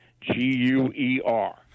G-U-E-R